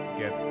get